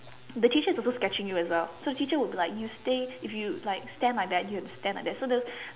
the teacher's also sketching you as well so the teacher would be like you stay if you like stand like that you will stand like that so you